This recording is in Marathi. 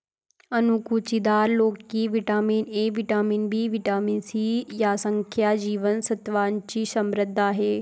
अणकुचीदार लोकी vitamin A, vitamin B, vitamin C यांसारख्या जीवन सत्त्वांनी समृद्ध आहे